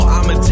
I'ma